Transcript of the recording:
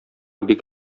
бик